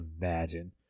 imagine